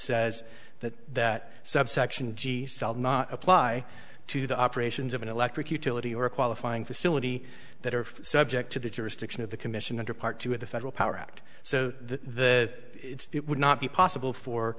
says that that subsection apply to the operations of an electric utility or a qualifying facility that are subject to the jurisdiction of the commission under part two of the federal power act so the it would not be possible for